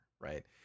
right